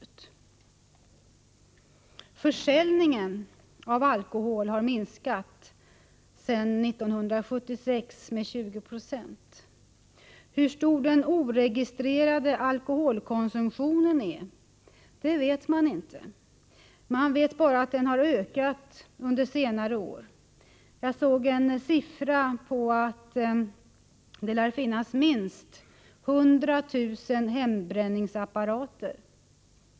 Försäljningen av alkohol har minskat sedan 1976 med 20 96. Hur stor den oregistrerade alkoholkonsumtionen är vet man inte. Man vet bara att den har ökat under senare år. Jag såg en uppgift om att det lär finnas minst 100 000 hembränningsapparater.